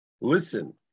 listen